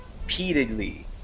repeatedly